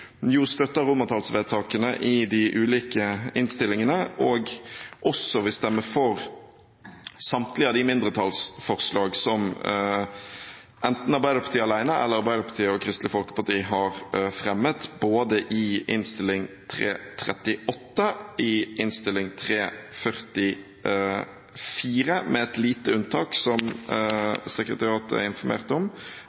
støtter romertallsvedtakene i de ulike innstillingene. Vi vil også stemme for samtlige av de mindretallsforslag som enten Arbeiderpartiet alene eller Arbeiderpartiet og Kristelig Folkeparti har fremmet, både i Innst. 338 L, i Innst. 344 L – med et lite unntak, som